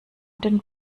den